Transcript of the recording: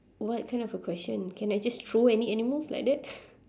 what kind of a question can I just throw any animals like that